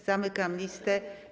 Zamykam listę.